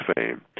Fame